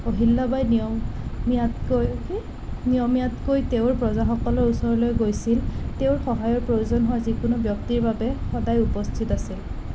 অহিল্যা বাই নিয়মীয়াতকৈ কি নিয়মীয়াতকৈ তেওঁৰ প্ৰজাসকলৰ ওচৰলৈ গৈছিল তেওঁৰ সহায়ৰ প্ৰয়োজন হোৱা যিকোনো ব্যক্তিৰ বাবে সদায় উপস্থিত আছিল